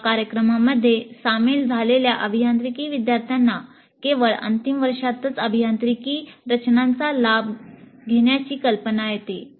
या कार्यक्रमामध्ये सामील झालेल्या अभियांत्रिकी विद्यार्थ्यांना केवळ अंतिम वर्षातच अभियांत्रिकी रचनांचा लाभ घेण्याची कल्पना येते